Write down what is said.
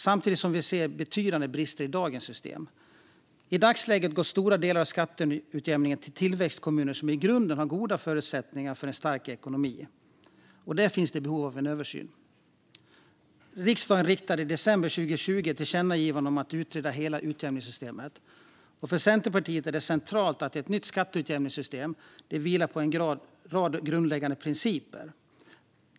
Samtidigt ser vi betydande brister i dagens system. I dagsläget går stora delar av skatteutjämningen till tillväxtkommuner som i grunden har goda förutsättningar för en stark ekonomi. Här finns behov av en översyn, och riksdagen riktade i december 2020 ett tillkännagivande till regeringen om att utreda hela utjämningssystemet. För Centerpartiet är det centralt att ett nytt skatteutjämningssystem vilar på en rad grundläggande principer.